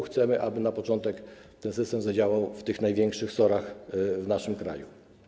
Chcemy, aby na początek ten system zadziałał w największych SOR-ach w naszym kraju.